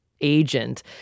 agent